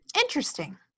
Interesting